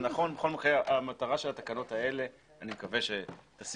בכל אופן המטרה של התקנות האלה אני מקווה שהיא